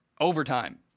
overtime